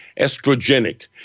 estrogenic